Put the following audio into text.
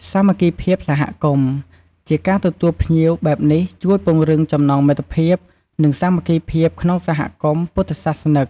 វាបង្កើតបរិយាកាសកក់ក្តៅ និងការយកចិត្តទុកដាក់គ្នាទៅវិញទៅមក ដែលជាមូលដ្ឋានគ្រឹះនៃសន្តិភាព និងភាពសុខដុមរមនាក្នុងសង្គម។